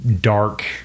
dark